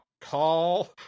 Call